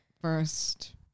first